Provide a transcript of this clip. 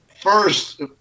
first